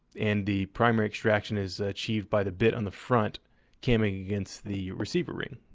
and the primary traction is achieved by the bit on the front camming against the receiver ring.